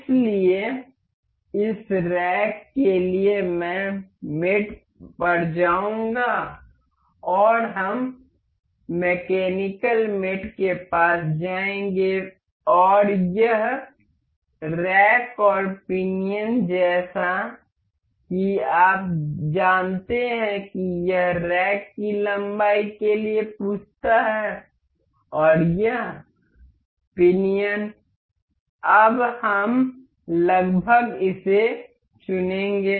इसलिए इस रैक के लिए मैं मेट पर जाऊंगा और हम मैकेनिकल मेट के पास जाएंगे और यह रैक और पिनियन जैसा कि आप जानते हैं कि यह रैक की लंबाई के लिए पूछता है और यह पिनियन अब हम लगभग इसे चुनेंगे